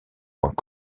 points